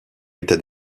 était